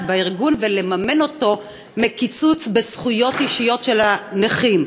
בארגון ולממן אותה מקיצוץ בזכויות אישיות של הנכים.